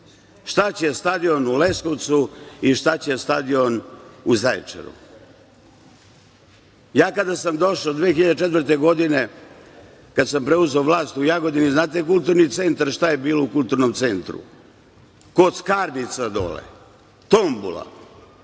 itd. Šta će stadion u Leskovcu i šta će stadion u Zaječaru? Ja kada sam došao 2004. godine, kad sam preuzeo vlast u Jagodini, znate šta je bilo u kulturnom centru? Kockarnica dole, tombola.